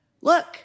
look